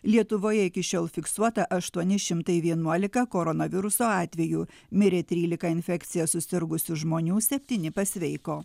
lietuvoje iki šiol fiksuota aštuoni šimtai vienuolika koronaviruso atvejų mirė trylika infekcija susirgusių žmonių septyni pasveiko